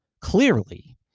clearly